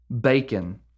bacon